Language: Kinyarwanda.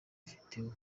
video